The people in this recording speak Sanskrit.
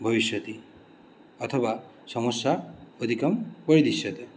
भविष्यति अथवा समस्या अधिकं परिदृश्यते